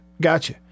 gotcha